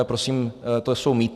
Prosím, to jsou mýty.